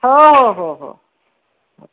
हो हो हो हो